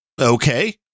okay